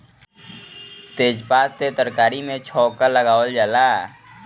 तेजपात से तरकारी में छौंका लगावल जाला